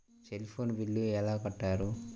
Cell phone bill ఎలా కట్టారు?